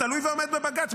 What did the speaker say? תלוי ועומד בבג"ץ,